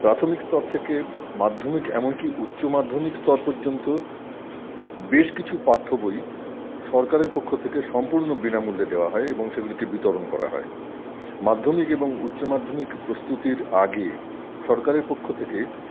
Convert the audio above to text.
প্রাথমিক স্তর থেকে মাধ্যমিক এমনকি উচ্চ মাধ্যমিক স্তর পর্যন্ত বেশ কিছু পাঠ্যবই সরকারের পক্ষ থেকে সম্পূর্ণ বিনামূল্যে দেওয়া হয় এবং সেগুলিকে বিতরণ করা হয় মাধ্যমিক এবং উচ্চ মাধ্যমিক প্রস্তুতির আগে সরকারের পক্ষ থেকে